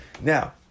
Now